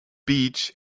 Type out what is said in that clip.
beach